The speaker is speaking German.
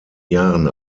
jahren